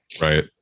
Right